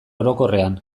orokorrean